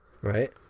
Right